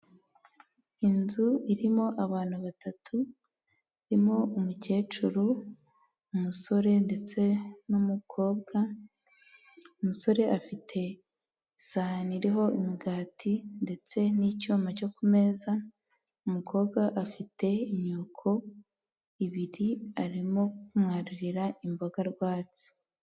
Inzu irimo abantu batatu, irimo umukecuru, umusore ndetse n'umukobwa, umusore afite isahani iriho imigati ndetse n'icyuma cyo ku meza, umukobwa afite imyuko ibiri arimo kumwarurira imboga rwatsi.